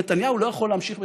נתניהו לא יכול להמשיך בתפקידו.